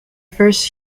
first